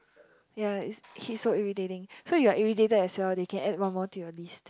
ya it's he's so irritating so you're irritated as well they can add one more to your list